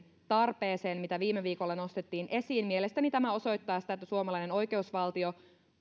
tarpeeseen mitä viime viikolla nostettiin esiin mielestäni tämä osoittaa sen että suomalainen oikeusvaltio